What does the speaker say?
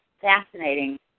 fascinating